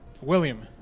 William